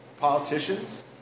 Politicians